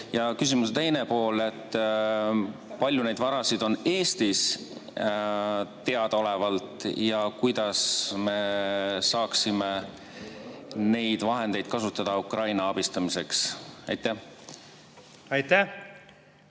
Ja küsimuse teine pool: kui palju neid varasid on Eestis teadaolevalt ja kuidas me saaksime neid vahendeid kasutada Ukraina abistamiseks? Aitäh,